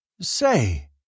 Say